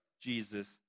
Jesus